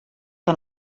que